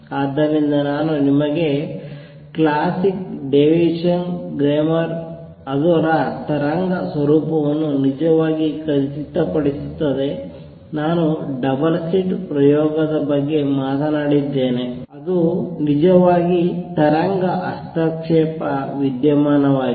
ಆದ್ದರಿಂದ ನಾನು ನಿಮಗೆ ಕ್ಲಾಸಿಕ್ ಡೇವಿಸ್ಸನ್ ಗೆರ್ಮರ್ ಅದರ ತರಂಗ ಸ್ವರೂಪವನ್ನು ನಿಜವಾಗಿ ಖಚಿತಪಡಿಸುತ್ತದೆ ನಾನು ಡಬಲ್ ಸ್ಲಿಟ್ ಪ್ರಯೋಗದ ಬಗ್ಗೆ ಮಾತನಾಡಿದ್ದೇನೆ ಅದು ನಿಜವಾಗಿ ತರಂಗ ಹಸ್ತಕ್ಷೇಪ ವಿದ್ಯಮಾನವಾಗಿದೆ